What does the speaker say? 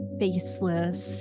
faceless